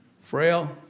frail